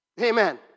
Amen